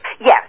Yes